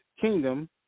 Kingdom